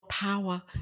Power